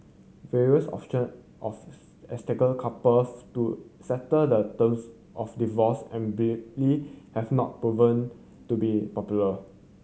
various option of couples to settle the terms of divorce have not proven to be popular